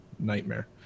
nightmare